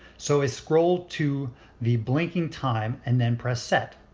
so i scroll to the blinking time and then press set.